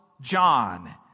John